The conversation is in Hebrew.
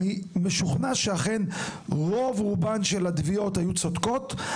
אני משוכנע שאכן רוב רובן של תביעות היו מוצדקות,